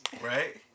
Right